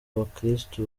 bakristu